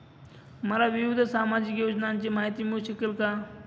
मला विविध सामाजिक योजनांची माहिती मिळू शकेल का?